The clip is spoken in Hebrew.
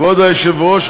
כבוד היושב-ראש,